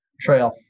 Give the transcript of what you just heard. trail